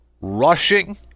Rushing